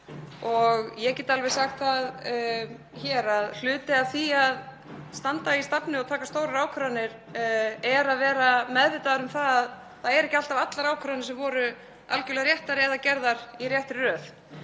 Ég get alveg sagt það hér að hluti af því að standa í stafni og taka stórar ákvarðanir er að vera meðvitaður um að það eru ekki alltaf allar ákvarðanir sem voru algjörlega réttar eða gerðar í réttri röð